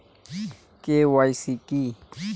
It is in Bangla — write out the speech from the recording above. কে.ওয়াই.সি কী?